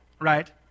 right